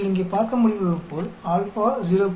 நீங்கள் இங்கே பார்க்க முடிவதுபோல் α 0